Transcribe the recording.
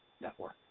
Network